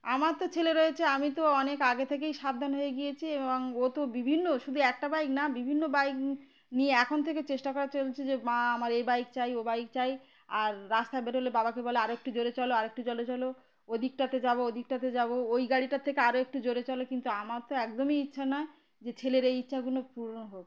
আমার তো ছেলে রয়েছে আমি তো অনেক আগে থেকেই সাবধান হয়ে গিয়েছি এবং ও তো বিভিন্ন শুধু একটা বাইক না বিভিন্ন বাইক নিয়ে এখন থেকে চেষ্টা করা চলছে যে মা আমার এই বাইক চাই ও বাইক চাই আর রাস্তায় বেরোলে বাবাকে বলে আরও একটু জোরে চলো আরেকটু জোলে চলো ওদিকটাতে যাব ওদিকটাতে যাব ওই গাড়িটার থেকে আরও একটু জোরে চলো কিন্তু আমার তো একদমই ইচ্ছা নয় যে ছেলের এই ইচ্ছাগুলো পূর্ণ হোক